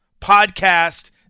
podcast